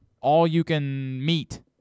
all-you-can-meet